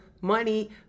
money